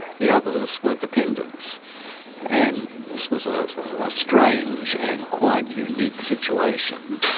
the others were dependants and this was a strange and quite unique situation,